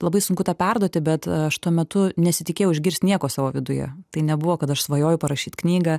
labai sunku tą perduoti bet aš tuo metu nesitikėjau išgirst nieko savo viduje tai nebuvo kad aš svajoju parašyt knygą